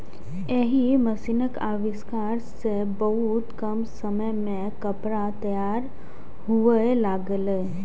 एहि मशीनक आविष्कार सं बहुत कम समय मे कपड़ा तैयार हुअय लागलै